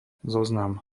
zoznam